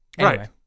Right